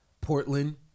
portland